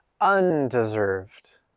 undeserved